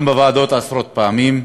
וגם בוועדות עשרות פעמים,